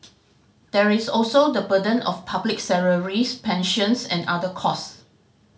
there is also the burden of public salaries pensions and other costs